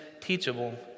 teachable